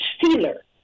stealer